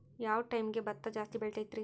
ಯಾವ ಟೈಮ್ಗೆ ಭತ್ತ ಜಾಸ್ತಿ ಬೆಳಿತೈತ್ರೇ?